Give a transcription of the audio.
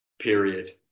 period